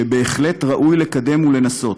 שבהחלט ראוי לקדם ולנסות.